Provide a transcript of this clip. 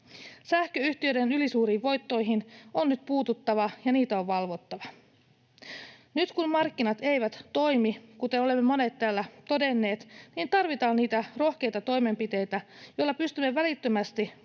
Sähköyhtiöiden ylisuuriin voittoihin on nyt puututtava ja niitä on valvottava. Nyt kun markkinat eivät toimi, kuten olemme monet täällä todenneet, niin tarvitaan niitä rohkeita toimenpiteitä, joilla pystymme välittömästi